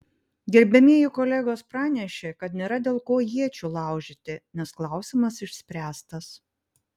gerbiamieji kolegos pranešė kad nėra dėl ko iečių laužyti nes klausimas išspręstas